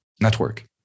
network